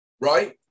right